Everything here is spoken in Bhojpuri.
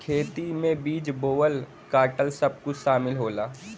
खेती में बीज बोवल काटल सब कुछ सामिल होला